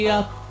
up